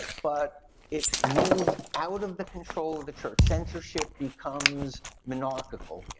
but it moves out of the control of the church. censorship becomes monarchical,